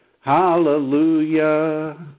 hallelujah